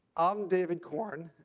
i'm david corn.